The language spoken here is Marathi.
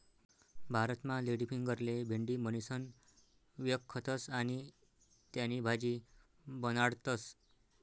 भारतमा लेडीफिंगरले भेंडी म्हणीसण व्यकखतस आणि त्यानी भाजी बनाडतस